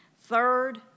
Third